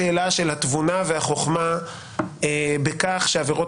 בשאלה של התבונה והחוכמה בכך שלעבירות